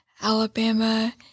Alabama